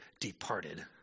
departed